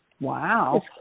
wow